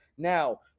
now